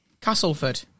Castleford